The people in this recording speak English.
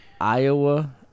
Iowa